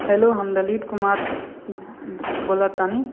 hello हम ललित कुमार बोलऽ तानी